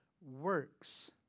works